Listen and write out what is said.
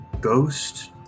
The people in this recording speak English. ghost